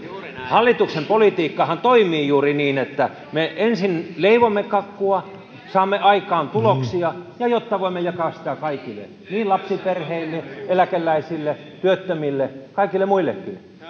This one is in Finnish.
hallituksen politiikkahan toimii juuri niin että me ensin leivomme kakkua saamme aikaan tuloksia jotta voimme jakaa sitä kaikille niin lapsiperheille eläkeläisille työttömille kuin kaikille muillekin